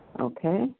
Okay